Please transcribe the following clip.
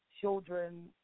children